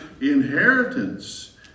inheritance